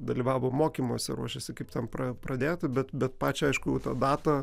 dalyvavo mokymuose ruošėsi kaip ten pradėti bet bet pačią aišku tą datą